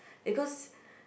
because